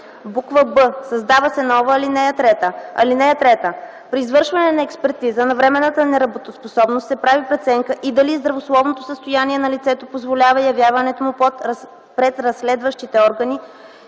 на”; б) създава се нова ал. 3: „(3) При извършване на експертиза на временната неработоспособност се прави преценка и дали здравословното състояние на лицето позволява явяването му пред разследващите органи